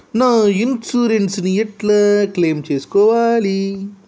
నా ఇన్సూరెన్స్ ని ఎట్ల క్లెయిమ్ చేస్కోవాలి?